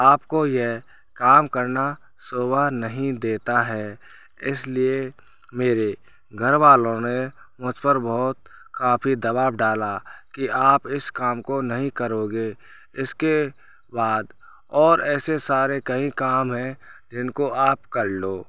आपको यह काम करना शोभा नहीं देता है इसलिए मेरे घरवालों ने मुझ बहुत पर काफ़ी दबाव डाला की आप इस काम को नहीं करोगे इसके बाद और ऐसे सारे कई काम है जिनको आप कर लो